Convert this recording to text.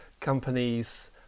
companies